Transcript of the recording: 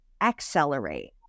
accelerate